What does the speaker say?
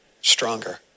stronger